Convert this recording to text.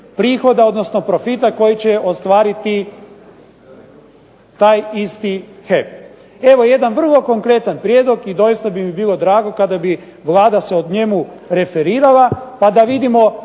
prihoda, odnosno profita koji će ostvariti taj isti HEP. Evo jedan vrlo konkretan prijedlog i doista bi mi bilo drago kada bi Vlada se o njemu referirala, pa da vidimo